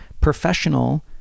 Professional